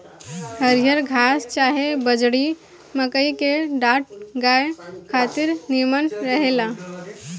हरिहर घास चाहे बजड़ी, मकई के डांठ गाया खातिर निमन रहेला